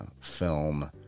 film